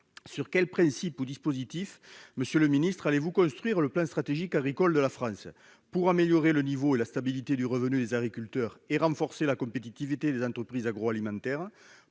sur quels principes ou dispositifs allez-vous construire le plan stratégique agricole de la France afin d'améliorer le niveau et la stabilité du revenu des agriculteurs et de renforcer la compétitivité des entreprises agroalimentaires,